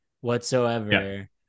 whatsoever